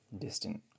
distant